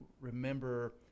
remember